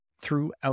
throughout